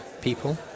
people